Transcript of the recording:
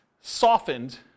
softened